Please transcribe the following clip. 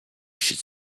should